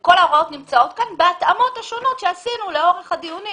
כל ההוראות נמצאות כאן בהתאמות השונות שעשינו לאורך הדיונים